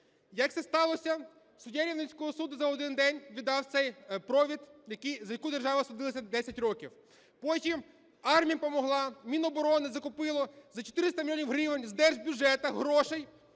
Як це сталося? Суддя Рівненського суду за один день віддав цей провід, за який держава судилася 10 років. Потім армія помогла: Міноборони закупило за 400 мільйонів гривень, з держбюджету грошей